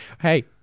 Hey